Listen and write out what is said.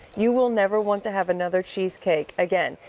you will never want to have another cheesecake again.